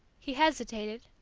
he hesitated,